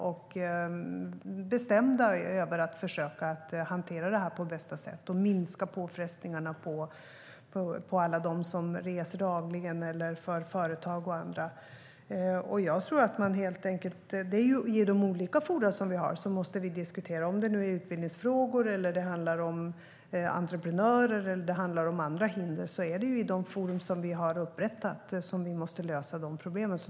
Man är bestämd i att man vill försöka hantera detta på bästa sätt och minska påfrestningarna på alla dem som reser dagligen, företag och andra. Vi måste diskutera detta i de olika forum vi har. Om det så handlar om utbildningsfrågor, entreprenörer eller andra hinder är det ju i de forum vi har upprättat som vi måste lösa problemen.